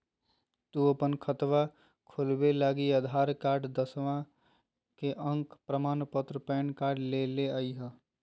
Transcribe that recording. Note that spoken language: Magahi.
तू अपन खतवा खोलवे लागी आधार कार्ड, दसवां के अक प्रमाण पत्र, पैन कार्ड ले के अइह